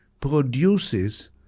produces